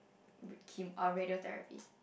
rad~ chem~ uh radiotherapy